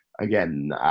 again